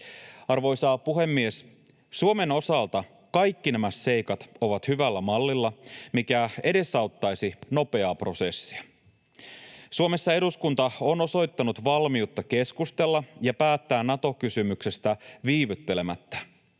Arvoisa puhemies! Suomen osalta kaikki nämä seikat ovat hyvällä mallilla, mikä edesauttaisi nopeaa prosessia. Suomessa eduskunta on osoittanut valmiutta keskustella ja päättää Nato-kysymyksestä viivyttelemättä.